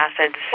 acids